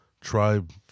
tribe